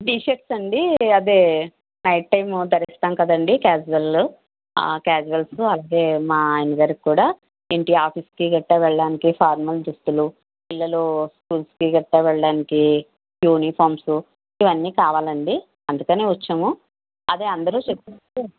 T shirts అండి ఆదే night time ధరిస్తాం కదండి క్యాషువల్స్ ఆ క్యాషువల్స్ అదే మా ఆయనగారికి కూడా ఇంటి ఆఫీసుకి గట్రా వెళ్ళడానికి ఫార్మల్ దుస్తులు పిల్లలు స్కూల్స్కి గట్రా వెళ్ళడానికి యూనిఫార్మ్స్ ఇవన్ని కావాలండి అందుకనే వచ్చాము అదే అందరూ చెప్పినట్లు